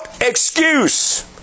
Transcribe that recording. Excuse